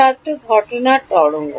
ছাত্র ঘটনার তরঙ্গ